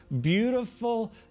beautiful